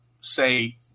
say